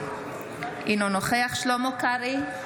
אינו נוכח שלמה קרעי,